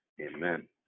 Amen